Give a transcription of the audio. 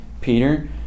Peter